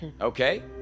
Okay